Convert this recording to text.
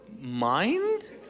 mind